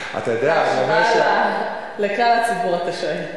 בהשוואה לכלל הציבור, אתה שואל.